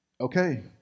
okay